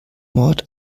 mord